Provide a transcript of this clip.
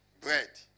bread